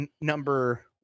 number